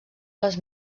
les